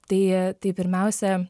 tai tai pirmiausia